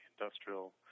industrial